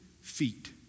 feet